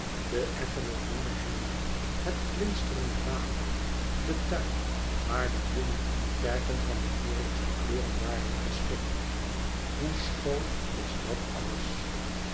de effene groene hellingen het glinsterende water de tuin waar de bloemen in perken van de heerlijkste kleuren waren geschikt hoe schoon was dat alles